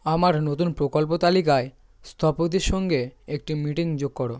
আমার নতুন প্রকল্প তালিকায় স্থপতির সঙ্গে একটি মিটিং যোগ করো